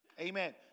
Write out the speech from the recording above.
Amen